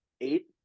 eight